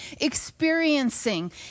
experiencing